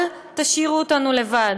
אל תשאירו אותנו לבד.